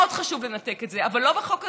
מאוד חשוב לנתק את זה, אבל לא בחוק הזה.